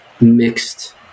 mixed